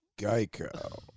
Geico